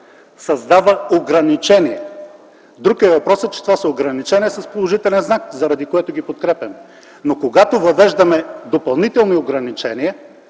създава ограничения. Друг е въпросът, че това са ограничения с положителен знак, заради което ги подкрепяме. Но когато въвеждаме допълнителни ограничения,